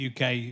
UK